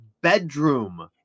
bedroom